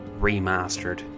Remastered